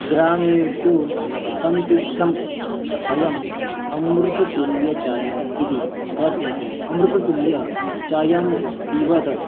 ग्रामेषु सन्तुष्टम् अयम् अमृततुल्यचायम् इति कथ्यते अमृततुल्यचायं पिबत